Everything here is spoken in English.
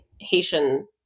Haitian